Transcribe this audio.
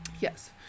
Yes